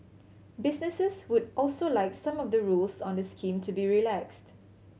businesses would also like some of the rules on the scheme to be relaxed